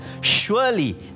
surely